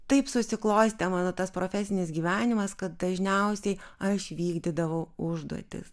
taip susiklostė mano tas profesinis gyvenimas kad dažniausiai aš vykdydavau užduotis